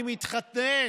אני מתחנן.